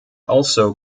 also